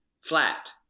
flat